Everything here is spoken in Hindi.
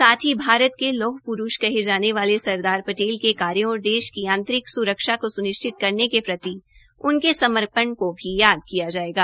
साथ ही भारत के लौह प्रुष कहे जाने वाले सरदार पटेल के कार्यो और देश की आंतरिक सुरक्षा को सुनिश्चित करने के प्रति उनके समर्पण को भी याद किया जाएगा